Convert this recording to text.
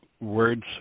words